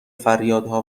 فریادها